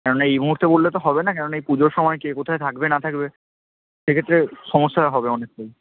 কেননা এই মুহূর্তে বললে তো হবে না কেননা এই পুজোর সময় কে কোথায় থাকবে না থাকবে এক্ষেত্রে সমস্যা হবে অনেকটাই